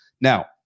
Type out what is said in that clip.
now